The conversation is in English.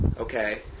Okay